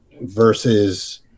versus